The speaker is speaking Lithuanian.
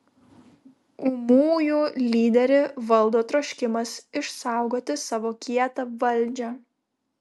ūmųjų lyderį valdo troškimas išsaugoti savo kietą valdžią